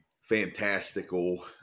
fantastical